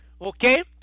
Okay